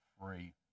free